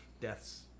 deaths